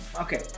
okay